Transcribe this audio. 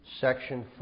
section